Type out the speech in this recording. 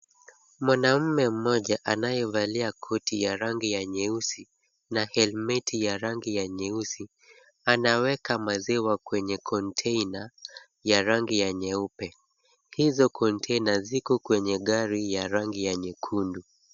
Mwanamume moja anayevalia koti ya rangi ya nyeusi na helmeti ya rangi ya nyeusi anaweka maziwa kwenye konteina ya rangi ya nyeupe. Hizo koteina ziko kwenye rangi ya gari ya nyekundu.